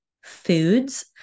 foods